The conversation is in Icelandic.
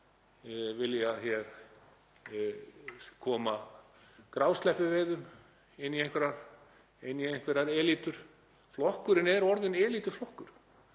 vilja koma grásleppuveiðum inn í einhverjar elítur. Flokkurinn er orðinn elítuflokkur.